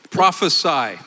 prophesy